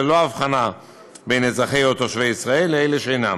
ללא הבחנה בין אזרחי או תושבי ישראל לאלה שאינם,